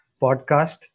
podcast